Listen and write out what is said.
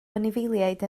anifeiliaid